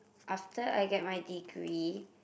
after I get my degree